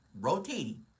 rotating